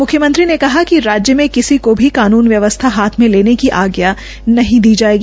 मुख्यमंत्री ने कहा कि राज्य में किसी को भी कानून व्यवस्था हाथ में लेने की आज्ञा नहीं दी जायेगी